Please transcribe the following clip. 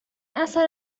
اثر